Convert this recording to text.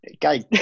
guy